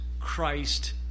Christ